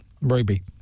Ruby